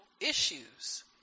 issues